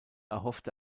erhoffte